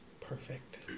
perfect